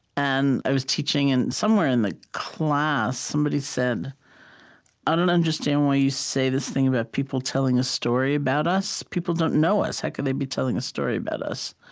and i was teaching, and somewhere in the class, somebody said, i don't understand why you say this thing about people telling a story about us. people don't know us. how could they be telling a story about us?